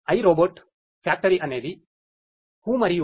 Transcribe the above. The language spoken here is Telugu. iRobot ఫ్యాక్టరీ అనేది Hu et